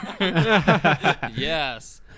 Yes